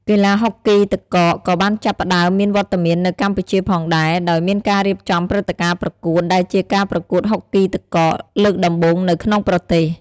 កីឡាហុកគីទឹកកកក៏បានចាប់ផ្ដើមមានវត្តមាននៅកម្ពុជាផងដែរ ដោយមានការរៀបចំព្រឹត្តិការណ៍ប្រកួត ដែលជាការប្រកួតហុកគីទឹកកកលើកដំបូងនៅក្នុងប្រទេស។